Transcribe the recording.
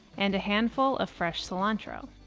and a handful of fresh cilantro.